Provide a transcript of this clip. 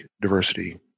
diversity